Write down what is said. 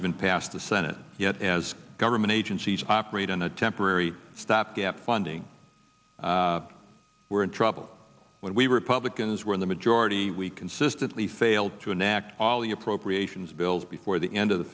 even passed the senate yet as government agencies operate on a temporary stopgap funding we're in trouble when we republicans were in the majority we consistently failed to enact all the appropriations bills before the end of the